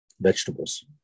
vegetables